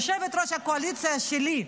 יושבת-ראש הקואליציה שלי,